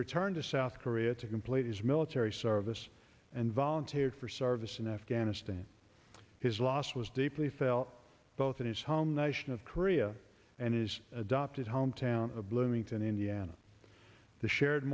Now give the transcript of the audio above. returned to south korea to complete his military service and volunteered for service in afghanistan his loss was deeply felt both in his home nation of korea and his adopted hometown of bloomington indiana the shared